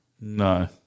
No